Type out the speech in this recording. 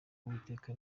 uwiteka